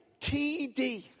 TD